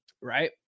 Right